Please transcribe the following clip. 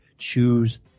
Choose